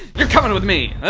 you're coming with me.